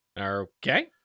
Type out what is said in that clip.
Okay